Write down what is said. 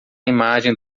imagem